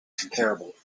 comparable